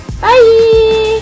Bye